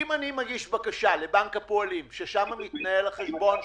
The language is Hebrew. שאם אני מגיש בקשה לבנק הפועלים שבו מתנהל החשבון שלי,